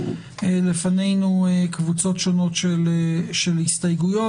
לפנינו קבוצות שונות של הסתייגויות.